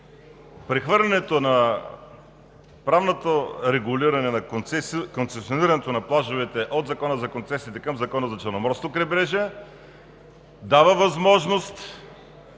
Прехвърлянето на правното регулиране на концесионирането на плажовете от Закона за концесиите към Закона за Черноморското крайбрежие дава възможност